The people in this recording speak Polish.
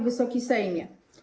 Wysoki Sejmie!